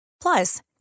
Plus